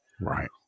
Right